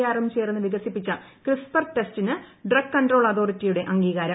ആറും ചേർന്ന് വികസിപ്പിച്ച ക്രിസ്പർ ടെസ്റ്റിന് ഡ്രഗ് കൺട്രോൾ അതോറിറ്റിയുടെ അംഗീകാരം